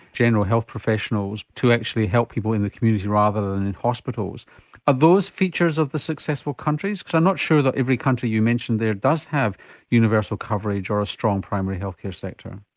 general health professionals to actually help people in the community rather than in hospitals. are those features of the successful countries because i'm not sure that every country that you mention there does have universal coverage or a strong primary health care sector?